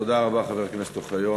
תודה רבה, חבר הכנסת אוחיון.